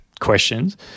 questions